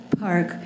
park